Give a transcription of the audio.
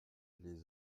les